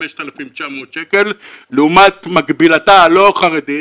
5,900 שקל לעומת מקבילתה הלא חרדית